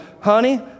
Honey